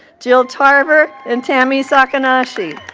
jill tarver and tammy sakanashi.